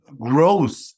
growth